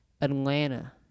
Atlanta